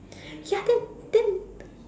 ya then then